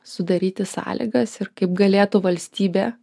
sudaryti sąlygas ir kaip galėtų valstybė